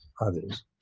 others